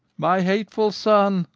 my hateful son,